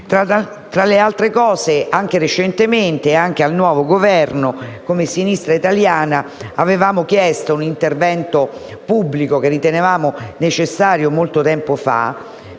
Tra l'altro, recentemente e anche al nuovo Governo, come Sinistra Italiana, avevamo chiesto un intervento pubblico che ritenevamo necessario molto tempo fa;